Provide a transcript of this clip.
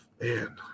Man